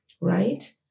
right